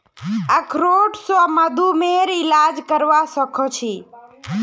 अखरोट स मधुमेहर इलाज करवा सख छी